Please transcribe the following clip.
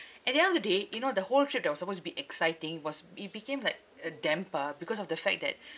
at the end of the day you know the whole trip that was supposed to be exciting was it became like a damper because of the fact that